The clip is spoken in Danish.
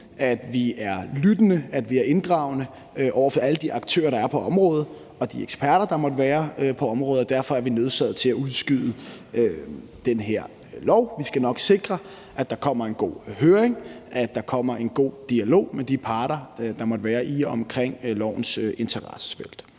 at vi er lyttende, at vi inddragende over for alle de aktører, der er på området, og de eksperter, der måtte være på området, og derfor er vi nødsaget til at udskyde det her lovforslag. Vi skal nok sikre, at der kommer en god høring, og at der kommer en god dialog med de parter, der måtte være i og omkring lovforslagets interessefelt.